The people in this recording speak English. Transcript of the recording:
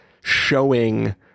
showing